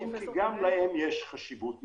אם כי גם להן יש חשיבות מסוימת,